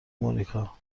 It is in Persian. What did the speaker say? مونیکا